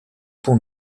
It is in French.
pont